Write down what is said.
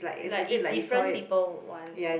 like it's different people wants ah